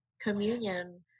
communion